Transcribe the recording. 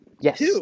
Yes